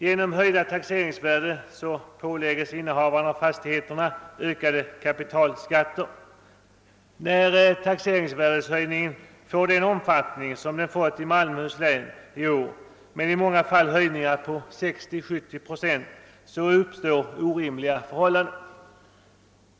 Genom höjda taxeringsvärden ålägges innehavarna av fastigheterna ökade kapitalskatter. När taxeringsvärdeshöjningen får den omfattning som den har erhållit i Malmöhus län i år, med i många fall höjningar på 60—70 procent, uppstår orimliga förhållanden.